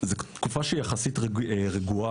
זו תקופה שהיא יחסית רגועה,